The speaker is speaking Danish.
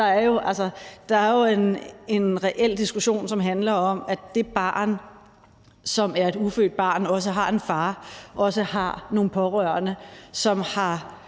er der jo en reel diskussion, som handler om, at det barn, som er et ufødt barn, også har en far og nogle pårørende, som har